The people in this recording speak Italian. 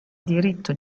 diritto